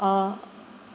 oh